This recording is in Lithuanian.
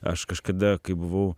aš kažkada kai buvau